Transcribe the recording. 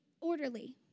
orderly